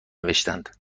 نوشتند